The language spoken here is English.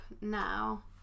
now